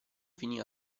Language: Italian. finì